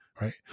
right